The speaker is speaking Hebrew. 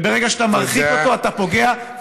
ברגע שאתה מרחיק אותו, אתה פוגע.